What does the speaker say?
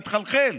מתחלחל,